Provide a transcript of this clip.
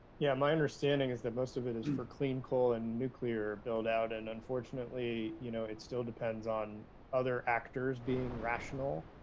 yeah my understanding is that most of it is for clean coal and nuclear build-out and unfortunately, you know it still depends on other actors being rational